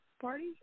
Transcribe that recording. party